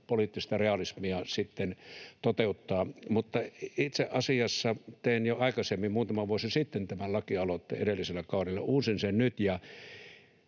poliittista realismia sitten tätä toteuttaa, mutta itse asiassa tein jo aikaisemmin muutama vuosi sitten tämän lakialoitteen edellisellä kaudella. Uusin sen nyt,